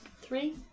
Three